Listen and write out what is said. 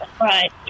right